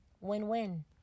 Win-win